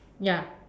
ya